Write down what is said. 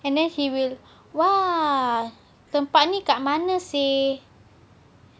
and then he will !wah! tempat ni kat mana seh